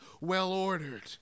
well-ordered